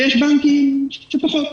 ויש בנקים שפחות.